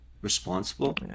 responsible